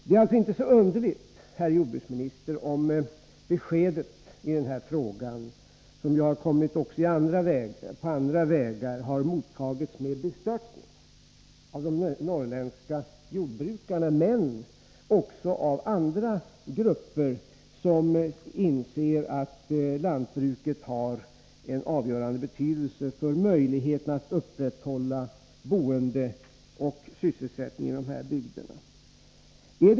Det är alltså inte så underligt, herr jordbruksminister, om beskedet i den här frågan — som också har kommit fram på andra vägar — har mottagits med bestörtning av de norrländska jordbrukarna, men också av andra grupper som inser att lantbruket har en avgörande betydelse för möjligheterna att upprätthålla boende och sysselsättning i dessa bygder.